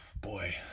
Boy